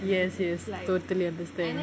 yes yes totally understand